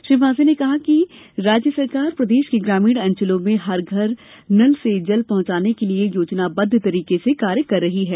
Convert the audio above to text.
श्री पांसे ने कहा है कि राज्य सरकार प्रदेश के ग्रामीण अंचलों में हर घर नल से जल पहँचाने के लिये योजनाबद्व तरीके से कार्य कर रही है